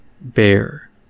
bear